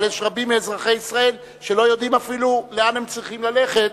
אבל רבים מאזרחי ישראל לא יודעים אפילו לאן הם צריכים ללכת,